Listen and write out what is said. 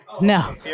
No